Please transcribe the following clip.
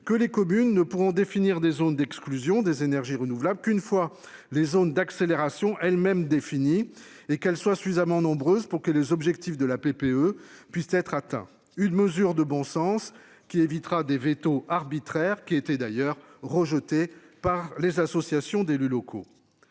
que les communes ne pourront définir des zones d'exclusion des énergies renouvelables qu'une fois les zones d'accélération elles-mêmes défini et qu'elle soit suffisamment nombreuses, pour que les objectifs de la PPE puisse être atteint une mesure de bon sens qui évitera des vetos arbitraire qui était d'ailleurs rejeté par les associations d'élus locaux.